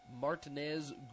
Martinez